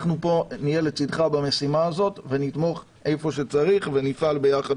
אנחנו פה נהיה לצדך במשימה הזאת ונתמוך איפה שצריך ונפעל ביחד,